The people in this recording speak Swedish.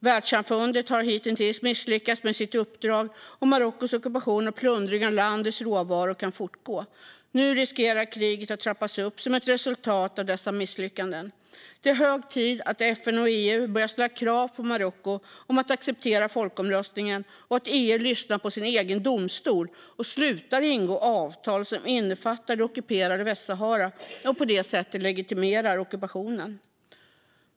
Världssamfundet har hitintills misslyckats med sitt uppdrag, och Marockos ockupation och plundring av landets råvaror kan fortgå. Nu riskerar kriget att trappas upp som ett resultat av dessa misslyckanden. Det är hög tid att FN och EU börjar ställa krav på Marocko om att acceptera folkomröstningen och att EU lyssnar på sin egen domstol och slutar ingå avtal som innefattar det ockuperade Västsahara och på det sättet legitimerar ockupationen.